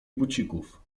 bucików